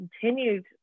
continued